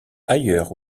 ailleurs